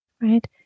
right